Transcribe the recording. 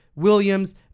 Williams